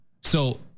So-